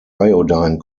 iodine